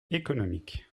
économique